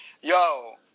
yo